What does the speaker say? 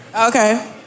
Okay